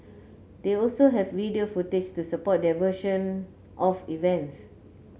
they also have video footage to support their version of events